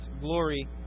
glory